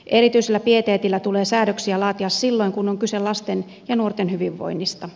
erityisellä pieteetillä tulee säädöksiä laatia silloin kun on kyse lasten ja nuorten hyvinvoinnista